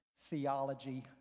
theology